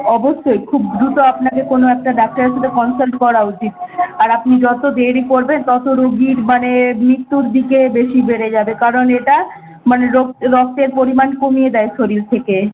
অবশ্যই খুব দ্রুত আপনাকে কোনো একটা ডাক্তারের সাথে কনসাল্ট করা উচিত আর আপনি যত দেরি করবেন তত রুগীর মানে মৃত্যুর দিকে বেশি বেড়ে যাবে কারণ এটা মানে রো রক্তের পরিমাণ কমিয়ে দেয় শরীর থেকে